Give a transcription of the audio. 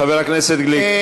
חבר הכנסת גליק.